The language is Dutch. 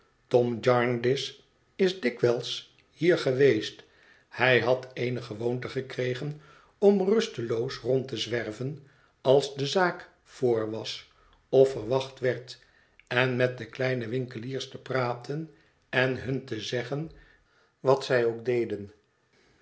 is dikwijls hier geweest hij had eene gewoonte gekregen om rusteloos rond te zwerven als de zaak voor was of verwacht werd en met de kleine winkeliers te praten en hun te zeggen wat zij ook ooit deden